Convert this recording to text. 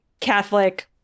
Catholic